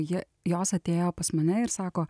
jie jos atėjo pas mane ir sako